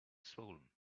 swollen